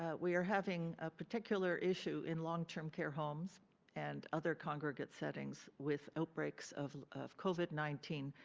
ah we are having a particular issue in long-term care homes and other congregate settings with outbreaks of of covid nineteen.